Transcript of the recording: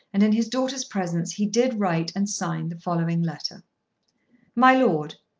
and in his daughter's presence he did write and sign the following letter my lord,